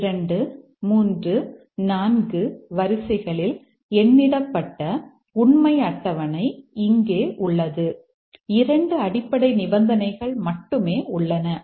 1 2 3 4 வரிசைகளில் எண்ணிடப்பட்ட உண்மை அட்டவணை இங்கே உள்ளது 2 அடிப்படை நிபந்தனைகள் மட்டுமே உள்ளன